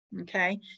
okay